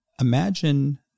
imagine